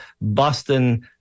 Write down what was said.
Boston